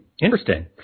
Interesting